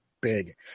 big